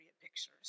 pictures